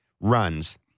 runs